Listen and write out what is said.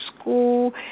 school